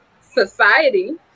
society